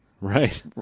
right